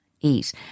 eat